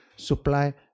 Supply